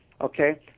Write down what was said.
Okay